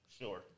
Sure